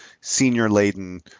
senior-laden